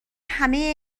همه